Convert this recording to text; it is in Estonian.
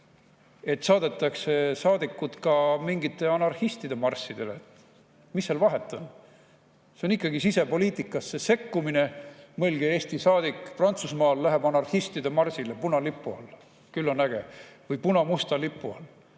saadetakse ka mingite anarhistide marssidele. Mis seal vahet on? See on ikkagi sisepoliitikasse sekkumine. Mõelge – Eesti saadik Prantsusmaal läheb anarhistide marsile punalipu all. Küll on äge! Või punamusta lipu all.